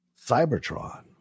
Cybertron